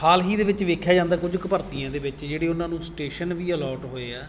ਹਾਲ ਹੀ ਦੇ ਵਿੱਚ ਵੇਖਿਆ ਜਾਂਦਾ ਕੁਝ ਕੁ ਭਰਤੀਆਂ ਦੇ ਵਿੱਚ ਜਿਹੜੇ ਉਹਨਾਂ ਨੂੰ ਸਟੇਸ਼ਨ ਵੀ ਅਲੋਟ ਹੋਏ ਆ